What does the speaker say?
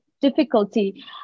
difficulty